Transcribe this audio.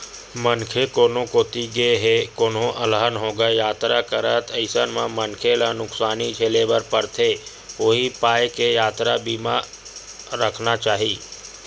मनखे कोनो कोती गे हे कोनो अलहन होगे यातरा करत अइसन म मनखे ल नुकसानी झेले बर परथे उहीं पाय के यातरा बीमा रखना चाही